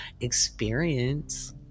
experience